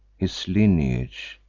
his lineage,